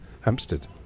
Hampstead